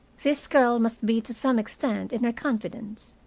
this girl must be to some extent in her confidence.